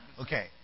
Okay